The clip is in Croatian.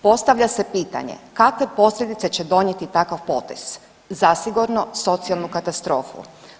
Postavlja se pitanje kakve posljedice će donijeti takav potez, zasigurno socijalnu katastrofu.